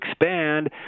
expand